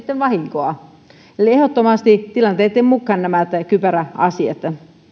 sitten vahinkoa eli ehdottomasti tilanteitten mukaan nämä kypäräasiat